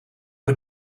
het